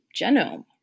genome